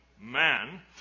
Man